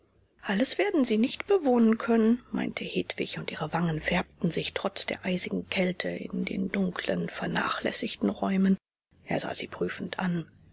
alles werden sie nicht bewohnen können meinte hedwig und ihre wangen färbten sich trotz der eisigen kälte in den dumpfen vernachlässigten räumen er sah sie prüfend an